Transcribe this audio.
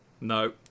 No